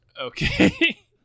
Okay